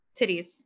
titties